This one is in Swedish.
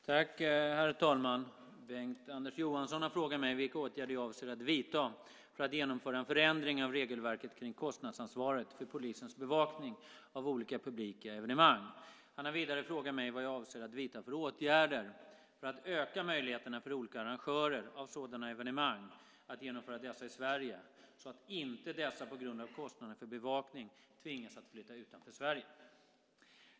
Herr talman! Bengt-Anders Johansson har frågat mig vilka åtgärder jag avser att vidta för att genomföra en förändring av regelverket kring kostnadsansvaret för polisens bevakning av olika publika evenemang. Han har vidare frågat mig vad jag avser att vidta för åtgärder för att öka möjligheterna för olika arrangörer av sådana evenemang att genomföra dessa i Sverige, så att inte dessa på grund av kostnader för bevakning tvingas att flytta utanför Sverige.